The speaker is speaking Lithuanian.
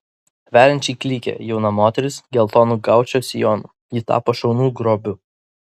veriančiai klykė jauna moteris geltonu gaučo sijonu ji tapo šunų grobiu